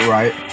Right